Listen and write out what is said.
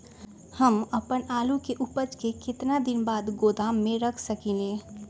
हम अपन आलू के ऊपज के केतना दिन बाद गोदाम में रख सकींले?